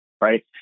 right